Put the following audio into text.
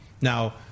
Now